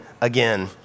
again